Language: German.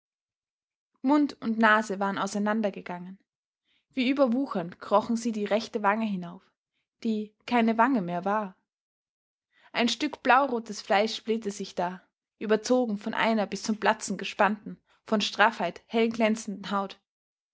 mund und nase waren auseinandergegangen wie überwuchernd krochen sie die rechte wange hinauf die keine wange mehr war ein stück blaurotes fleisch blähte sich da überzogen von einer bis zum platzen gespannten von straffheit hell glänzenden haut